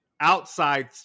outside